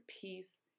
peace